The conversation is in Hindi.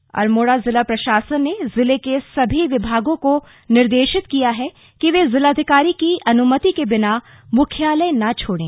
निर्देश अल्मोड़ा जिला प्रशासन ने जिले के सभी विभागों को निर्देशित किया है कि वे जिलाधिकारी की अनुमति के बिना मुख्यालय न छोड़ें